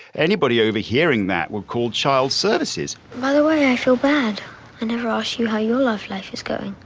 anybody overhearing that were called child services? by the way, i feel bad in in russian. i love like this guy